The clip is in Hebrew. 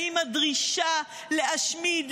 האם הדרישה להשמיד,